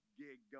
gig